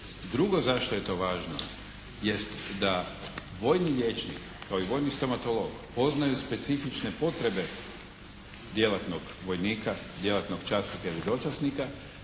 Drugo zašto je to važno jest da vojni liječnik kao i vojni stomatolog poznaju specifične potrebe djelatnog vojnika, djelatnog časnika ili dočasnika